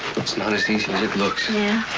it's not as easy as it looks. yeah?